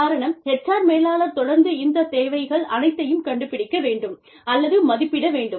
காரணம் HR மேலாளர் தொடர்ந்து இந்த தேவைகள் அனைத்தையும் கண்டுபிடிக்க வேண்டும் அல்லது மதிப்பிட வேண்டும்